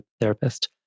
therapist